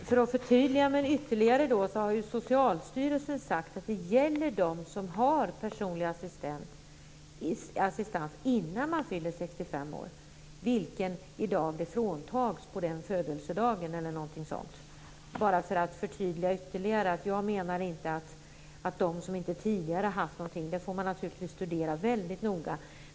Fru talman! Som ett ytterligare förtydligande kan jag nämna att Socialstyrelsen har sagt att det gäller dem som har personlig assistans före 65 års ålder, vilken i dag fråntas dem på 65-årsdagen, eller någonting sådant. Jag avser alltså inte dem som inte tidigare haft stöd. Detta får man naturligtvis studera väldigt noga.